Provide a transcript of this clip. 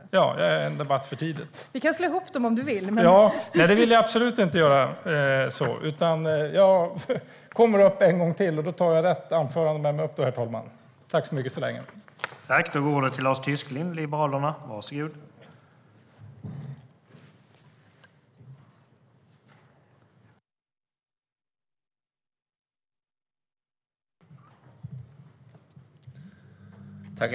I nästa inlägg tar jag rätt anförande, herr